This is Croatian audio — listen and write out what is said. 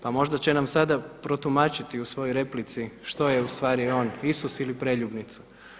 Pa možda će nam sada protumačiti u svojoj replici što je ustvari on, Isus ili preljubnica.